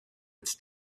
its